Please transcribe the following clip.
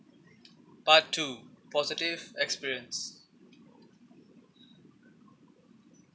part two positive experience